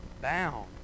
bound